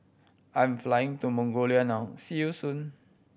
I am flying to Mongolia now see you soon